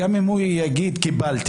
גם אם הוא יגיד שהוא קיבל,